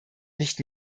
nicht